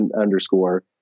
underscore